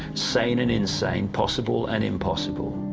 sane and insane, possible and impossible.